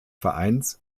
vereins